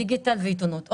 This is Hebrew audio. דיגיטל ועיתונות.